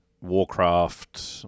Warcraft